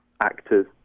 actors